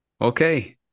Okay